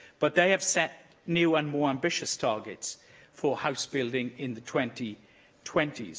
but they have set new and more ambitious targets for house building in the twenty twenty s,